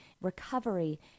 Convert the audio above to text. recovery